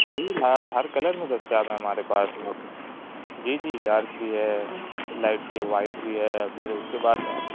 ہر colour میں دستیاب ہے ہمارے پاس جی جی ڈارک بھی ہے لائٹ بھی ہے وائٹ بھی ہے اور پھر اس کے بعد